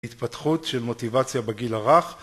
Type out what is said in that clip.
התפתחות של מוטיבציה בגיל הרך